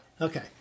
Okay